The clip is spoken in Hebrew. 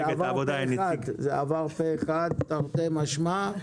את הדיונים כבר עשינו.